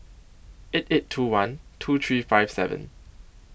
eight eight two one two three five seven